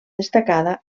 destacada